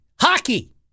Hockey